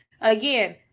Again